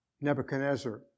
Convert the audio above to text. Nebuchadnezzar